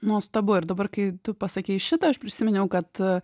nuostabu ir dabar kai tu pasakei šitą aš prisiminiau kad